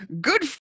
good